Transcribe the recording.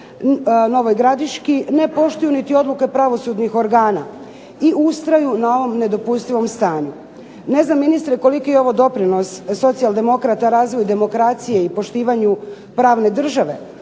Novoj Gradiški ne poštuju niti odluke pravosudnih organa i ustraju na ovom nedopustivom stanju. Ne znam ministre koliki je ovo doprinos socijaldemokrata razvoju demokracije i poštivanju pravne države,